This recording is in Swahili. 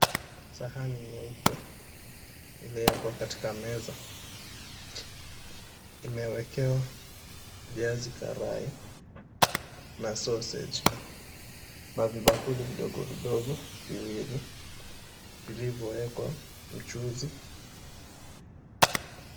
Sahani nyeupe iliyowekwa katika meza imewekewa viazi karai na soseji na vibakuli vidogo vidogo viwili vilivyowekwa mchuzi.